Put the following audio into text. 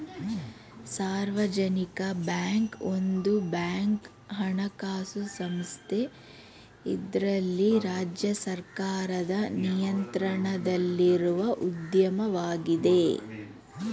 ಸಾರ್ವಜನಿಕ ಬ್ಯಾಂಕ್ ಒಂದು ಬ್ಯಾಂಕ್ ಹಣಕಾಸು ಸಂಸ್ಥೆ ಇದ್ರಲ್ಲಿ ರಾಜ್ಯ ಸರ್ಕಾರದ ನಿಯಂತ್ರಣದಲ್ಲಿರುವ ಉದ್ಯಮವಾಗಿದೆ